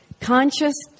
conscious